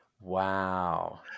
Wow